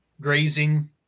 grazing